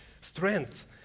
strength